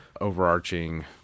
overarching